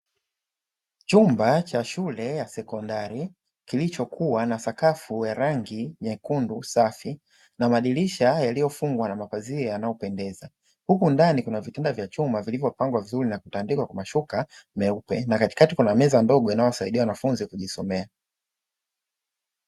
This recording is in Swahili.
Chumba cha shule ya sekondari, kilichokuwa na sakafu ya rangi nyekundu safi na madirisha yaliyofungwa na mapazia yanayopendeza. Huku ndani kuna vitanda vya chuma vilivyopangwa vizuri na kutandikwa kwa mashuka meupe, na katikati kuna meza ndogo inayosaidia wanafunzi kujisomea.